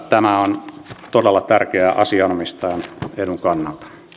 tämä on todella tärkeää asianomistajan edun kannalta